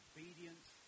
Obedience